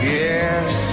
yes